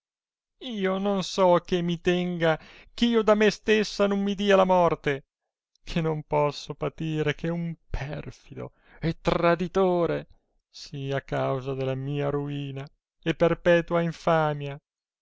io non so che mi tenga eh io da me stessa non mi dia la morte che non posso patire che un perfido e traditore sia causa della mia ruina e perpetua infamia